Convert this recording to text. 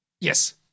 Yes